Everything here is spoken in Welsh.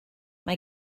mae